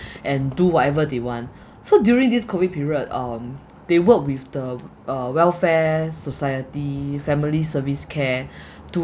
and do whatever they want so during this COVID period um they work with the uh welfare society family service care